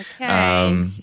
Okay